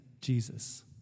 Jesus